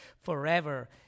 forever